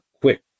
quick